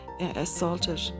assaulted